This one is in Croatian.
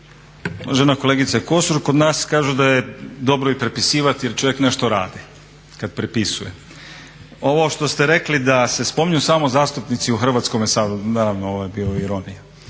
Uvažena kolegice Kosor, kod nas kažu da je dobro i prepisivati jer čovjek nešto radi kad prepisuje. Ovo što ste rekli da se spominju samo zastupnici u Hrvatskome saboru, naravno ovo je bila ironija.